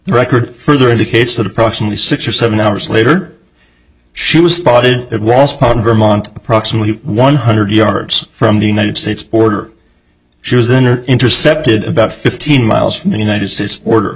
record further indicates that approximately six or seven hours later she was spotted it was part of vermont approximately one hundred yards from the united states border she was then or intercepted about fifteen miles from the united states order